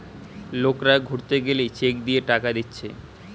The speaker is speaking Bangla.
লোকরা ঘুরতে গেলে চেক দিয়ে টাকা দিচ্ছে